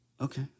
Okay